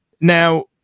Now